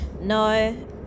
no